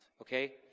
Okay